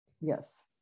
Yes